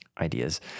ideas